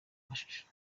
mashusho